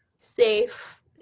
safe